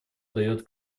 дает